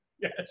Yes